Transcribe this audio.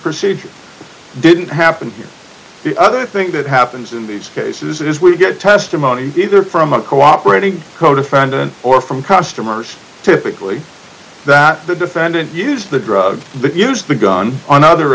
procedure didn't happen the other thing that happens in these cases is we get testimony either from a cooperating codefendant or from customers typically that the defendant used the drug but use the gun on other